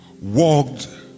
walked